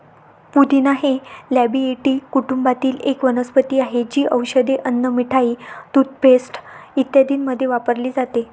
पुदिना हे लॅबिएटी कुटुंबातील एक वनस्पती आहे, जी औषधे, अन्न, मिठाई, टूथपेस्ट इत्यादींमध्ये वापरली जाते